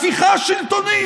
הפיכה שלטונית.